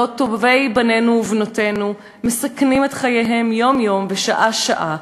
בעוד טובי בנינו ובנותינו מסכנים את חייהם יום-יום ושעה-שעה,